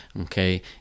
okay